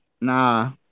Nah